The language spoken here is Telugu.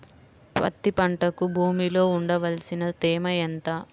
పత్తి పంటకు భూమిలో ఉండవలసిన తేమ ఎంత?